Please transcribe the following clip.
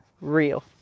real